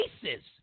faces